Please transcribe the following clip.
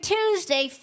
Tuesday